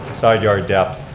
side yard depth,